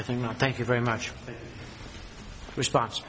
i think not thank you very much response